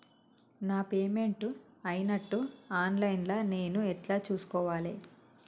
నా పేమెంట్ అయినట్టు online లా నేను ఎట్ల చూస్కోవాలే?